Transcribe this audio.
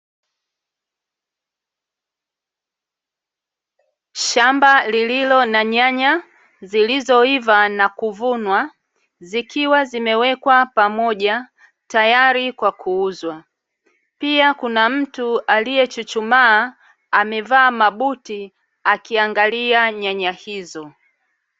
Shamba lililo na nyanya zilizoiva na kuvunwa zikiwa zimewekwa pamoja tayari kwa kuuzwa, pia kuna mtu aliyechuchumaa amevaa mabuti akiangalia nyanya hizo.